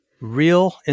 Real